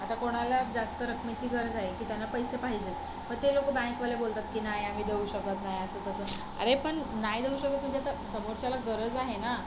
आता कोणाला जास्त रकमेची गरज आहे की त्यांना पैसे पाहिजे आहेत मग ते लोकं बँकवाले बोलतात की नाही आम्ही देऊ शकत नाही असं तसं अरे पण नाही देऊ शकत म्हणजे आता समोरच्याला गरज आहे ना